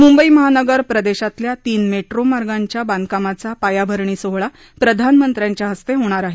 मुंबई महानगर प्रदेशातल्या तीन मेट्रो मार्गाच्या बांधकामाचा पायाभरणी सोहळा प्रधानमंत्र्यांच्या हस्ते होणार आहे